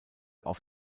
auf